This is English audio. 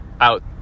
out